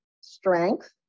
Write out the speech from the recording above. strength